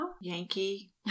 Yankee